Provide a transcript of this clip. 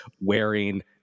wearing